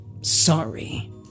sorry